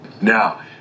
Now